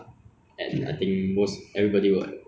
what is one thing right if you are able to change about singapore right